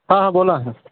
हां हां बोला ना